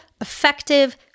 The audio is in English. effective